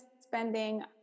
spending